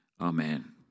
amen